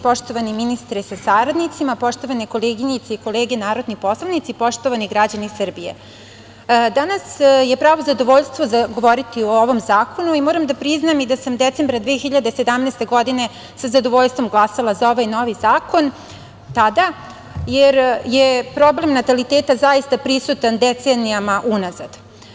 Poštovani ministre, sa saradnicima, poštovane koleginice i kolege narodni poslanici, poštovani građani Srbije, danas je pravo zadovoljstvo govoriti o ovom zakonu i moram da priznam i da sam decembra 2017. godine sa zadovoljstvom glasala za ovaj novi zakon tada, jer je problem nataliteta zaista prisutan decenijama unazad.